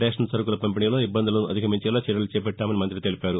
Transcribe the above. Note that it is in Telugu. రేషన్ సరకుల పంపిణీలో ఇబ్బందులను అధిగమించేలా చర్యలు చేపట్టామని మంఁతి తెలిపారు